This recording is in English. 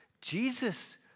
Jesus